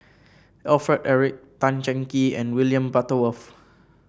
Alfred Eric Tan Cheng Kee and William Butterworth